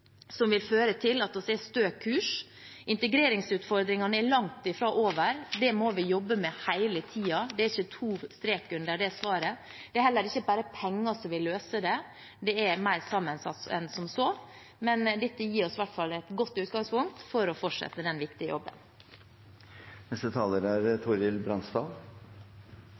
som vil føre til at vi har stø kurs. Integreringsutfordringene er langt fra over. Det må vi jobbe med hele tiden. Det er ikke to streker under det svaret. Det er heller ikke bare penger som vil løse det. Det er mer sammensatt enn som så, men dette gir oss i hvert fall et godt utgangspunkt for å fortsette den viktige